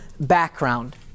background